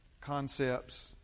concepts